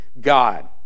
God